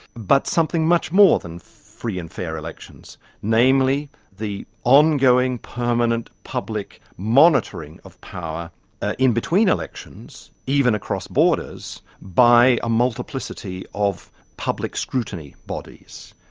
but something much more than free and fair elections, namely the ongoing permanent public monitoring of power in between elections, even across borders, by a multiplicity of public scrutiny bodies.